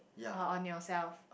oh on yourself